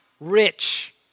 rich